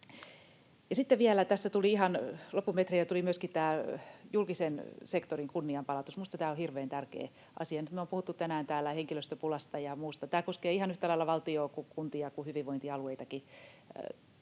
Sitten vielä ihan tässä loppumetreillä tuli myöskin tämä julkisen sektorin kunnianpalautus. Minusta tämä on hirveän tärkeä asia. Me on puhuttu tänään täällä henkilöstöpulasta ja muusta, ja tämä koskee ihan yhtä lailla valtiota kuin kuntia kuin hyvinvointialueitakin